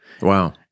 Wow